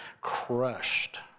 crushed